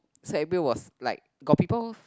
so everybody was like got people